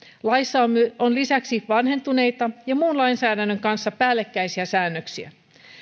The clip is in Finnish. laissa on lisäksi vanhentuneita ja muun lainsäädännön kanssa päällekkäisiä säännöksiä